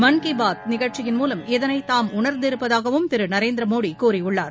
மன் கி பாத் நிகழ்ச்சியின் மூலம் இதனைதாம் உணர்ந்திருப்பதாகவும் திருநரேந்திரமோடிகூறியுள்ளார்